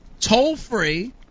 toll-free